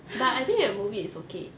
!hais!